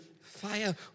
fire